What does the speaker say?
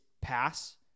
pass